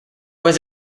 was